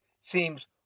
seems